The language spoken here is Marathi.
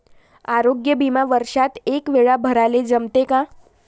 आरोग्य बिमा वर्षात एकवेळा भराले जमते का?